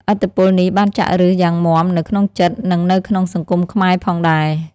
ឥទ្ធិពលនេះបានចាក់ឫសយ៉ាងមាំនៅក្នុងចិត្ត និងនៅក្នុងសង្គមខ្មែរផងដែរ។